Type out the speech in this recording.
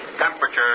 temperature